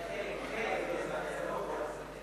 חלק חלק מאזרחיה.